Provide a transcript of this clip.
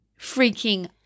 freaking